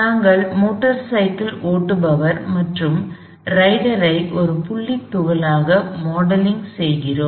நாங்கள் motor cycle ஓட்டுபவர் மற்றும் ரைடரை ஒரு புள்ளி துகள்களாக மாடலிங் செய்கிறோம்